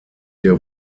der